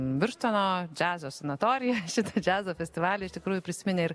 birštono džiazo sanatorija šitą džiazo festivalį iš tikrųjų prisiminė ir